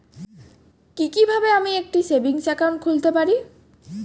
কি কিভাবে আমি একটি সেভিংস একাউন্ট খুলতে পারি?